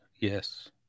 yes